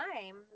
time